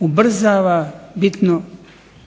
ubrzava bitno